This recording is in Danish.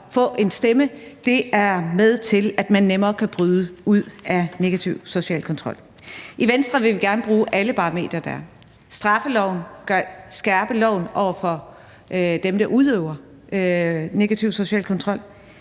få en stemme er med til at gøre, at man nemmere kan bryde ud af en negativ social kontrol. I Venstre vil vi gerne bruge alle parametre i forhold til straffeloven og i forhold til at skærpe loven for dem, der udøver negativ social kontrol,